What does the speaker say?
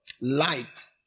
Light